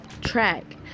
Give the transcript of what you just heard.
track